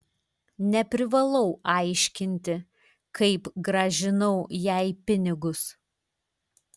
neprivalau aiškinti kaip grąžinau jai pinigus